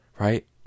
right